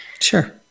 Sure